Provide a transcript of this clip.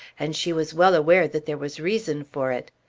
and she was well aware that there was reason for it.